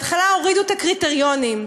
בהתחלה הורידו את הקריטריונים.